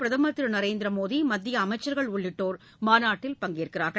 பிரதமர் திருநரேந்திர மோடி மத்திய அமைச்சர்கள் உள்ளிட்டோர் மாநாட்டில் பங்கேற்கின்றனர்